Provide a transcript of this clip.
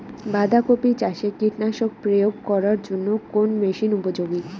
বাঁধা কপি চাষে কীটনাশক প্রয়োগ করার জন্য কোন মেশিন উপযোগী?